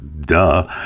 duh